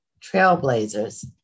trailblazers